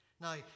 Now